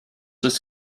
was